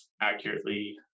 accurately